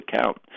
account